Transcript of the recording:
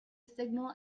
signal